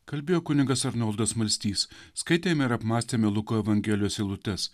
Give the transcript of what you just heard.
kalbėjo kunigas arnoldas smalstys skaitėm ir apmąstėme luko evangelijos eilutes